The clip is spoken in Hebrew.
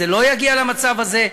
זה לא יגיע למצב הזה.